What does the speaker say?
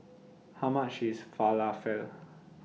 How much IS Falafel